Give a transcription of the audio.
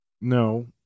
No